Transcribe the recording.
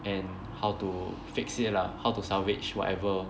and how to fix it lah how to salvage whatever